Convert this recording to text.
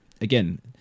again